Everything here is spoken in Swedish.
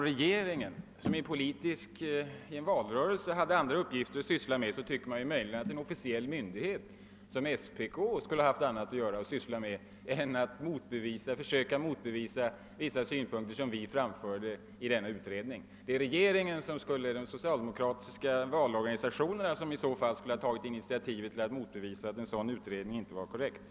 Herr talman! Även om regeringen hade andra uppgifter att syssla med under valrörelsen kan man möjligen tycka att en officiell myndighet som SPK i ännu högre grad skulle haft annat att syssla med än att försöka motbevisa de synpunkter som vi framförde i utredningen. I stället skulle de socialdemokratiska valorganisationerna ha tagit initiativet till att bevisa att vår utredning inte var korrekt.